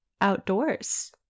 outdoors